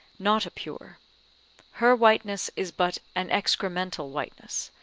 not a pure her whiteness is but an excremental whiteness.